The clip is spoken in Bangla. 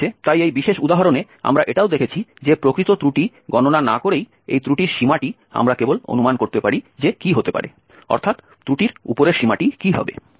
ঠিক আছে তাই এই বিশেষ উদাহরণে আমরা এটাও দেখেছি যে প্রকৃত ত্রুটি গণনা না করেই এই ত্রুটির সীমাটি আমরা কেবল অনুমান করতে পারি যে কী হতে পারে অর্থাৎ ত্রুটির উপরের সীমাটি কী হবে